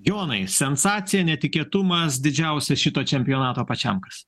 jonai sensacija netikėtumas didžiausia šito čempionato pačiam kas